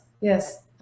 Yes